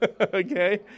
okay